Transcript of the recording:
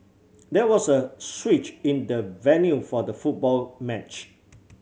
there was a switch in the venue for the football match